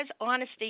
honesty